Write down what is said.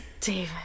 david